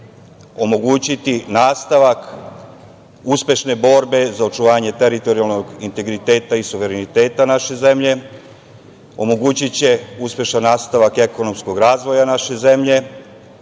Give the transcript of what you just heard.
omogućiti nastavak uspešne borbe za očuvanje teritorijalnog integriteta i suvereniteta naše zemlje, omogućiće uspešan nastavak ekonomskog razvoja naše zemlje,